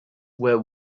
were